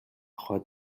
тухай